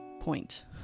Point